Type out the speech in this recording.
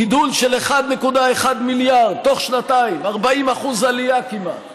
גידול של 1.1 מיליארד תוך שנתיים, 40% עלייה כמעט.